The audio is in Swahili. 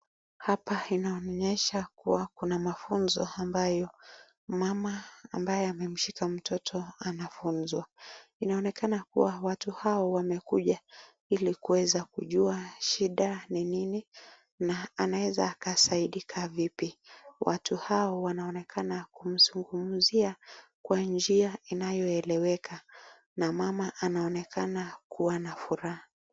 Hapa inaonyesha kuwa kuna mafunzo ambayo mama ambaye amemshika mtoto anafunzwa. Inaonekana kuwa watu hao wamekuja ili kuweza kujua shida ni nini na anaweza kasaidika vipi. Watu hao wanaonekana kumzungumzia kwa njia inayoeleweka na mama anaonekana kuwa na furaha.